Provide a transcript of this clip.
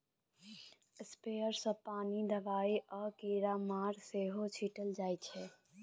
sprayer सँ पानि, दबाइ आ कीरामार सेहो छीटल जाइ छै